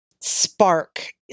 spark